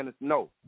No